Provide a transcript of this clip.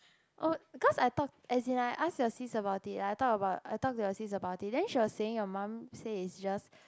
oh because I thought as in I asked your sis about it I talked I talked to your sis about it then your mum says it just